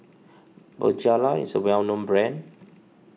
Bonjela is a well known brand